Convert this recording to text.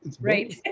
Right